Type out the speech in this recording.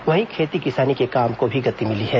वहीं खेती किसानी के काम को भी गति मिली हैं